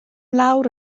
lawr